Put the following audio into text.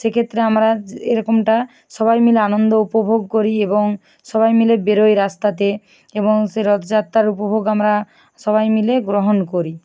সেক্ষেত্রে আমরা এরকমটা সবাই মিলে আনন্দ উপভোগ করি এবং সবাই মিলে বেরোই রাস্তাতে এবং সেই রথযাত্রার উপভোগ আমরা সবাই মিলে গ্রহণ করি